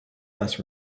less